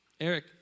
Eric